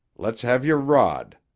let's have your rod.